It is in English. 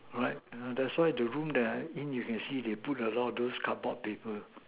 all right uh that's why the room that I'm in you can see they put a lot those card board paper